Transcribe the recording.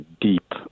deep